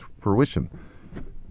fruition